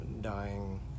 dying